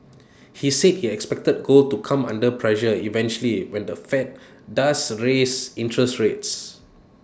he said he expected gold to come under pressure eventually when the fed does raise interest rates